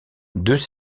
deux